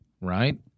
right